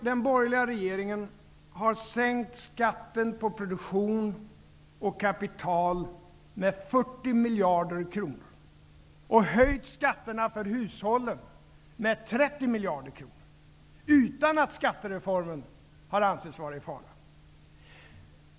Den borgerliga regeringen har sänkt skatterna på produktion och kapital med 40 miljarder kronor och höjt skatterna för hushållen med 30 miljarder kronor utan att skattereformen har ansetts vara i fara.